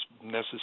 necessary